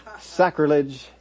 sacrilege